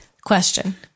question